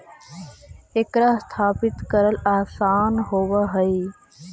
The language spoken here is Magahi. एकरा स्थापित करल आसान होब हई